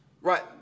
Right